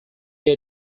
area